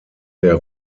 der